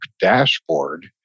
dashboard